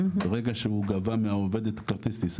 אז ברגע שהוא גבה מהעובד כרטיס טיס,